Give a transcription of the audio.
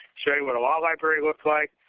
show you what a law library looks like.